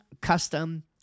custom